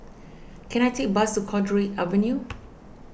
can I take a bus to Cowdray Avenue